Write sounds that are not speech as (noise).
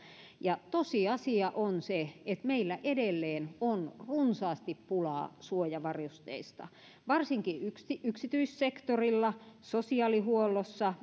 ja tosiasia on se että meillä edelleen on runsaasti pulaa suojavarusteista varsinkin yksityissektorilla sosiaalihuollossa (unintelligible)